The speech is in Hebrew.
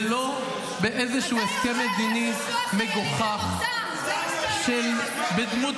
ולא באיזשהו הסכם מדיני מגוחך בדמות